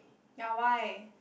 ya why